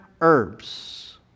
herbs